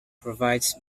provides